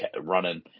running